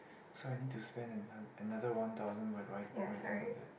so I need to spend an another thousand word write writing on the